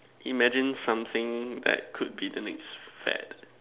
imagine something that could be the next fad